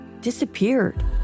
disappeared